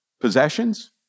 possessions